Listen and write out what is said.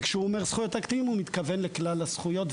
וכשהוא אומר זכויות הקטינים הוא מתכוון לכלל הזכויות,